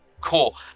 cool